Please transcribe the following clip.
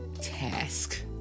task